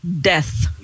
death